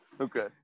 okay